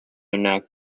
enact